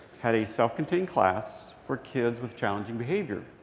had a self-contained class for kids with challenging behavior.